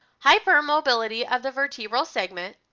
hypermobility of the vertebral segment,